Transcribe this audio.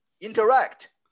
interact